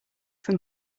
from